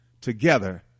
together